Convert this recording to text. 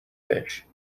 fish